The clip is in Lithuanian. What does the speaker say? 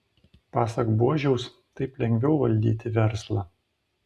pasak buožiaus taip lengviau valdyti verslą